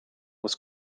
was